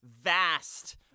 vast